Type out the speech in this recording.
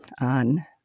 on